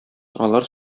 алар